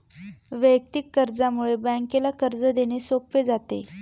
वैयक्तिक कर्जामुळे बँकेला कर्ज देणे सोपे जाते